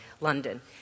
London